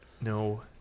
No